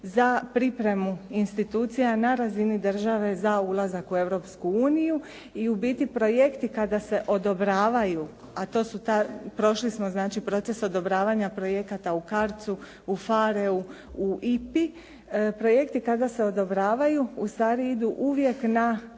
za pripremu institucija na razini države za ulazak u Europsku uniju i u biti projekti kada se odobravaju a to su ta, prošli smo znači proces odobravanja projekata u CARDS-u, u PHARE-u, u IPA-i projekti kada se odobravaju ustvari idu uvijek na